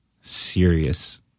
serious